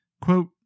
quote